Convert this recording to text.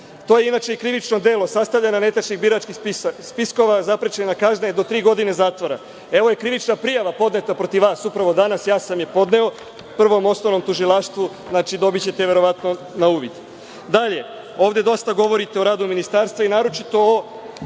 To je, inače, i krivično delo sastavljanja netačnih biračkih spiskova. Zaprećena kazna je do tri godine zatvora. Evo je i krivična prijava podneta protiv vas, upravo danas, ja sam je podneo Prvom osnovnom tužilaštvu. Znači, dobićete je verovatno na uvid. Dalje, ovde dosta govorite o radu ministarstva i naročito o